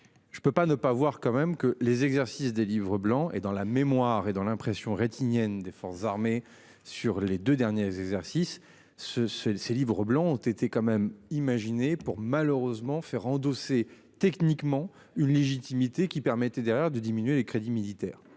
Je ne peux pas ne pas voir quand même que les exercices des livres blancs et dans la mémoire et dans l'impression rétinienne des forces armées sur les deux derniers exercices ce ce, ces livres blancs ont été quand même imaginer pour malheureusement faire endosser techniquement une légitimité qui permettait d'erreurs de diminuer les crédits militaires,